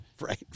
Right